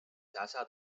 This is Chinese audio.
辖下